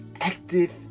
active